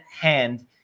hand